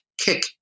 kick